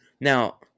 Now